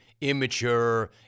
immature